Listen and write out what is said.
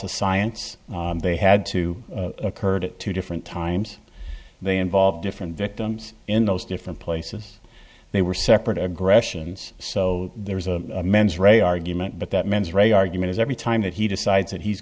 of science they had to occurred at two different times they involve different victims in those different places they were separate aggressions so there is a mens rea argument but that mens rea argument is every time that he decides that he's